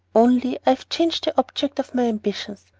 only, i've changed the object of my ambitions.